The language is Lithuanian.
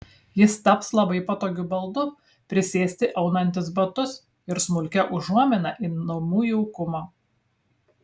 jis taps labai patogiu baldu prisėsti aunantis batus ir smulkia užuomina į namų jaukumą